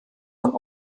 von